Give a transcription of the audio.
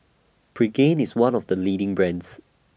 Pregain IS one of The leading brands